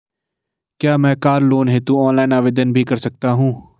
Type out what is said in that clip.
क्या मैं car loan हेतु ऑनलाइन आवेदन भी कर सकता हूँ?